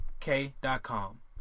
k.com